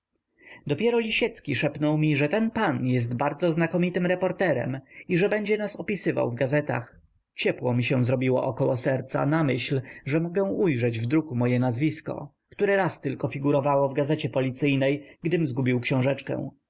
dopiero lisiecki szepnął mi że ten pan jest bardzo znakomitym reporterem i że będzie nas opisywał w gazetach ciepło mi się zrobiło około serca na myśl że mogę ujrzeć w druku moje nazwisko które raz tylko figurowało w gazecie policyjnej gdym zgubił książeczkę